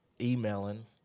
emailing